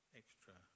extra